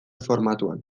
formatuan